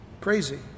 Crazy